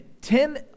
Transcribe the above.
ten